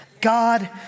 God